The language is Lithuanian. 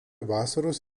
vasaros